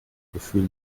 gefühl